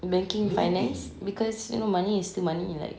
banking finance because you know money is still money like